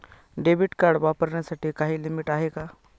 Debit card वापरण्यासाठी काही limit आहे का?